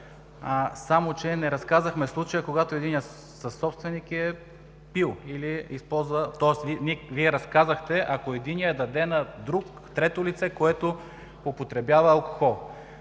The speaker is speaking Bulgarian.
само че не разказахме случая, когато единият съсобственик е пил, тоест Вие разказахте, ако единият даде на друг – трето лице, което употребява алкохол.